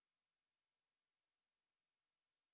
ya she just told me to talk to see if it works